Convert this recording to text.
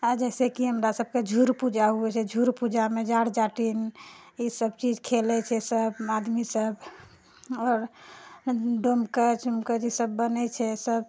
आ जैसे कि हमरा सभकऽ झुड़ पूजा हुए छै झुड़ पूजामे जाट जटिन ई सभ चीज खेलै छै सभ आदमी सभ आओर डोम कच उमकच ई सब चीज सब बनै छै सभ